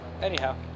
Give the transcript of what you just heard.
Anyhow